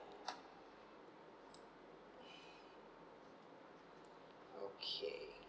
okay